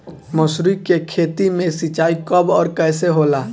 मसुरी के खेती में सिंचाई कब और कैसे होला?